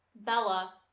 Bella